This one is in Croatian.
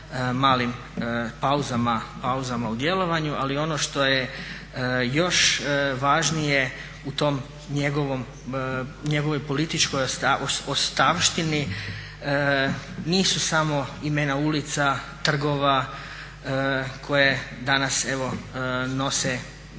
malim pauzama u djelovanju. Ali ono što je još važnije u toj njegovoj političkoj ostavštini nisu samo imena ulica, trgova koje danas nose